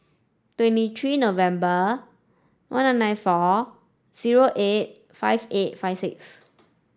twenty three November one nine nine four zero eight five eight five six